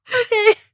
Okay